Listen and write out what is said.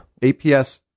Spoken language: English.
aps